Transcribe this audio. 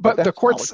but that a cour